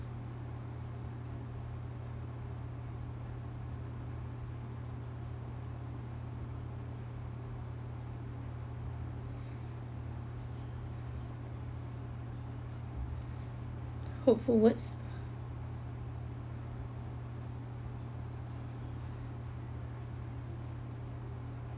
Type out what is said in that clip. hurtful words